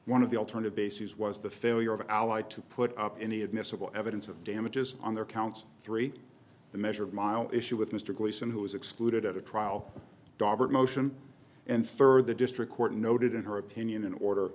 one of the alternative bases was the failure of an ally to put up any admissible evidence of damages on their council three the measure mile issue with mr gleason who was excluded at a trial dogbert motion and third the district court noted in her opinion an order